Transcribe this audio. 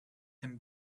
him